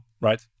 right